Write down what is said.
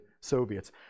Soviets